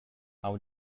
how